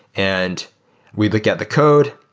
and we look at the code,